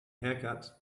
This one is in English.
haircut